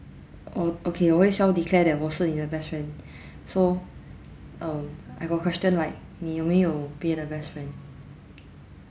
orh okay 我会 self declare that 我是你的 best friend so um I got question like 你有没有别的 best friend